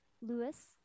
Lewis